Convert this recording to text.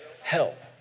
Help